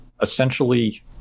essentially